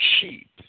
sheep